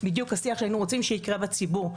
בדיוק השיח שהיינו רוצים שיקרה בציבור,